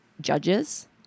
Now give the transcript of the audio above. judges